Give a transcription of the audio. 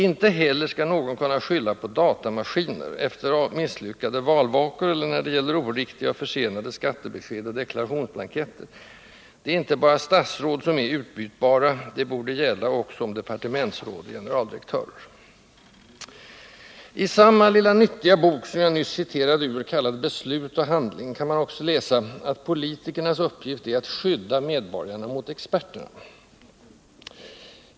Inte heller skall någon kunna skylla på datamaskiner efter misslyckade valvakor eller när det gäller oriktiga och försenade skattebesked och deklarationsblanketter: det är inte bara statsråd som är utbytbara, detta borde också gälla om departementsråd och generaldirektörer. I samma lilla nyttiga bok som jag nyss citerade ur, kallad Beslut och handling, kan man också läsa att politikernas uppgift är ”att skydda medborgarna mot experterna”.